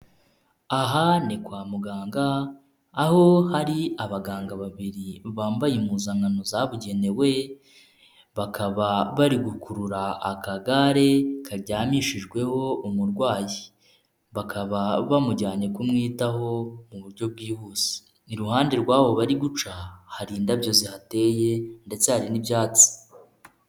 Aha ni kwa muganga, aho hari abaganga babiri bambaye impuzankano zabugenewe, bakaba bari gukurura akagare karyamishijweho umurwayi, bakaba bamujyanye kumwitaho mu buryo bwihuse. Iruhande rw'aho bari guca hari indabyo zihateye ndetse hari n'ibyatsi.